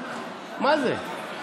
מה זה?